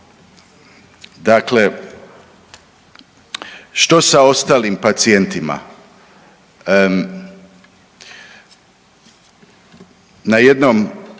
Dakle, šta sa ostalim pacijentima? Na jednoj